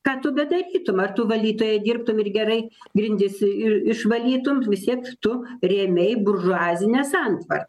ką tu bedarytum ar tu valytoja dirbtum ir gerai grindis išvalytum vis tiek tu rėmei buržuazinę santvarką